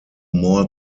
more